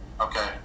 okay